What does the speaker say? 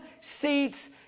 seats